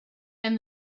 and